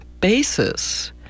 basis